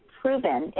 proven